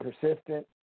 persistent